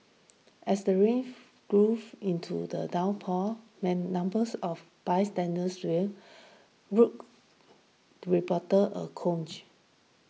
as the rain grew into the downpour and numbers of bystanders swelled group reporter a coach